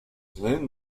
glen